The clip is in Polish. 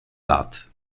lat